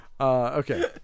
Okay